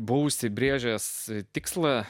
buvau užsibrėžęs tikslą